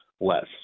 less